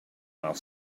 while